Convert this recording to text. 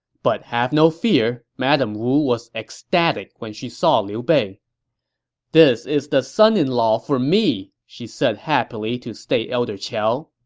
but have no fear, madame wu was ecstatic when she saw liu bei this is the son-in-law for me! she said happily to state elder qiao